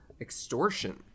extortion